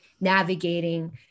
navigating